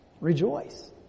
Rejoice